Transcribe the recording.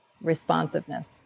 Responsiveness